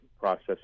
processing